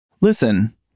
Listen